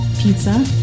pizza